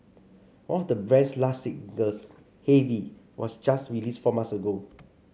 one of the band's last singles heavy was just released four months ago